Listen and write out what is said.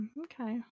Okay